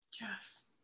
Yes